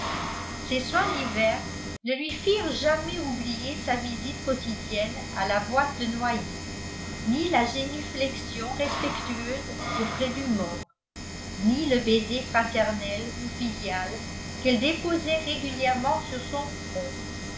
ces soins divers ne lui firent jamais oublier sa visite quotidienne à la boîte de noyer ni la génuflexion respectueuse auprès du mort ni le baiser fraternel ou filial qu'elle déposait régulièrement sur son front